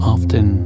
Often